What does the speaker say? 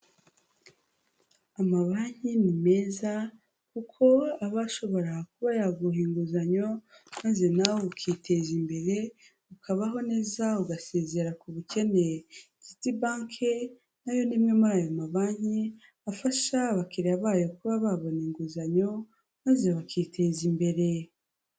Amabanki ni meza kuko abashobora kuba yaguha inguzanyo, maze nawe ukiteza imbere, ukabaho neza ugasezera ku bukene, City banki nayo ni imwe muri ayo mabanki, afasha abakiriya bayo kuba babona inguzanyo maze bakiteza imbere.